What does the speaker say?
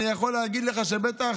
אני יכול להגיד לך שבטח